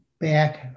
back